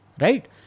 Right